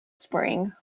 spring